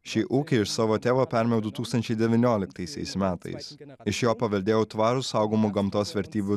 šį ūkį iš savo tėvo perėmiau du tūkstančiai devynioliktaisiais metais iš jo paveldėjau tvarų saugomų gamtos vertybių